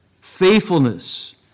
faithfulness